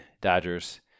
Dodgers